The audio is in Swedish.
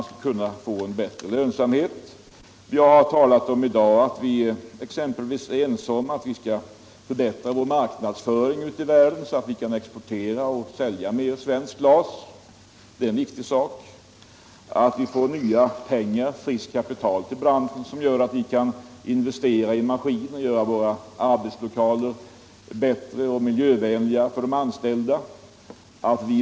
Vi har exempelvis i dag talat om att vi är ense om att vi skall förbättra vår marknadsföring ute i världen så att vi kan exportera mer svenskt glas. Det är en viktig sak, liksom att vi får nytt friskt kapital till branschen så att vi kan investera i maskiner och göra våra arbetslokaler bättre och miljövänligare för de anställda.